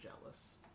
jealous